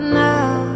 now